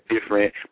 different